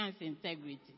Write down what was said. integrity